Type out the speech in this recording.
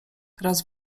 raz